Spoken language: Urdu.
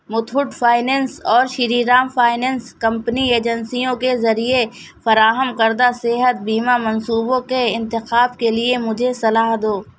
متھوٹ فنانس اور شری رام فائنانس کمپنی ایجنسیوں کے ذریعہ فراہم کردہ صحت بیمہ منصوبوں کے انتخاب کے لیے مجھے صلاح دو